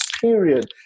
period